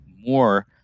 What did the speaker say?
more